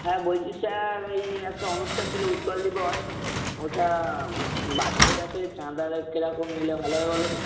হ্যাঁ বলছি স্যার ওই একটা অনুষ্ঠান ছিল উৎকল দিবস ওটা বাচ্চাদের কাছ থেকে চাঁদাটা কিরকম নিলে ভালো হয় বলো তো